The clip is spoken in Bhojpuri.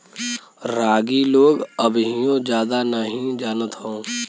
रागी लोग अबहिओ जादा नही जानत हौ